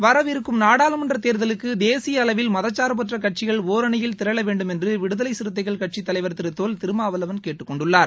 வரவிருக்கும் நாடாளுமன்ற தேர்தலுக்கு தேசிய அளவில் மதச்சா்பற்ற கட்சிக்ள ஒரணியில் திரள வேண்டுமென்று விடுதலை சிறுத்தைகள் கட்சித் தலைவர் திரு தொல் திருமாவளவன் கேட்டுக் கொண்டுள்ளார்